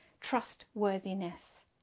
trustworthiness